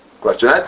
question